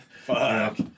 Fuck